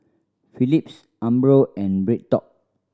Phillips Umbro and BreadTalk